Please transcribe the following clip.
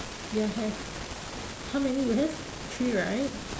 ya have how many you have three right